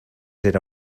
era